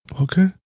Okay